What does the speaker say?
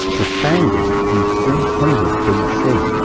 was founded in three hundred bc.